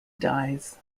dyes